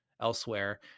elsewhere